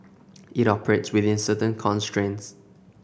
it operates within certain constraints